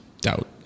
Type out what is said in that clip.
doubt